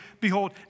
Behold